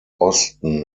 osten